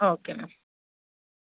okay ma'am